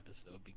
episode